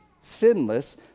sinless